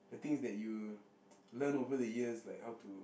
the things that you learned over the years like how to